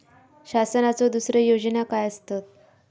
शासनाचो दुसरे योजना काय आसतत?